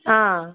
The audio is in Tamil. ஆ